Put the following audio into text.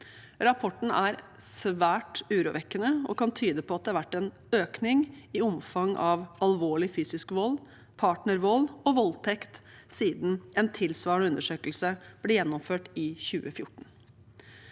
Rapporten er svært urovekkende og kan tyde på at det har vært en økning i omfanget av alvorlig fysisk vold, partnervold og voldtekt siden en tilsvarende undersøkelse ble gjennomført i 2014.